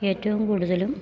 ഏറ്റവും കൂടുതലും